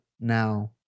now